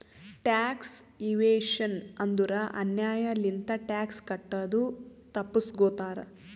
tax evasion ಅಂದುರ್ ಅನ್ಯಾಯ್ ಲಿಂತ ಟ್ಯಾಕ್ಸ್ ಕಟ್ಟದು ತಪ್ಪಸ್ಗೋತಾರ್